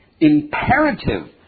imperative